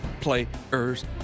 players